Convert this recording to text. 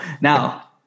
Now